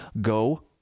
go